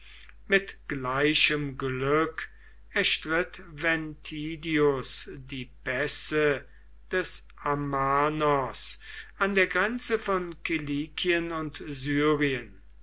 mit gleichem glück erstritt ventidius die pässe des amanos an der grenze von kilikien und syrien